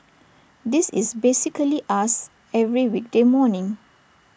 this is basically us every weekday morning